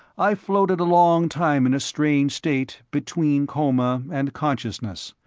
i floated a long time in a strange state between coma and consciousness.